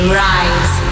rise